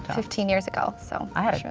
fifteen years ago. so i had